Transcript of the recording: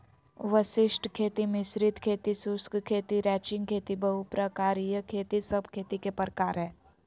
वशिष्ट खेती, मिश्रित खेती, शुष्क खेती, रैचिंग खेती, बहु प्रकारिय खेती सब खेती के प्रकार हय